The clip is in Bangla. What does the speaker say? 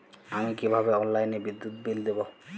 আমি কিভাবে অনলাইনে বিদ্যুৎ বিল দেবো?